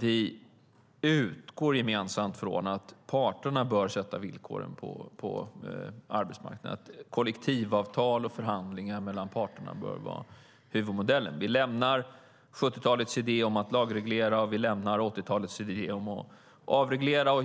Vi utgår gemensamt från att parterna bör sätta upp villkoren på arbetsmarknaden. Kollektivavtal och förhandlingar mellan parterna bör vara huvudmodellen. Vi lämnar 70-talets idé om att lagreglera, och vi lämnar 80-talets idé om att avreglera.